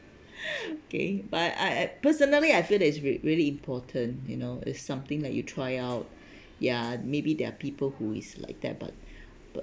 okay but I I personally I feel that it's really important you know is something like you try out ya maybe there are people who is like that but but